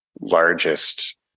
largest